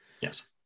Yes